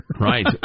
Right